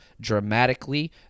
dramatically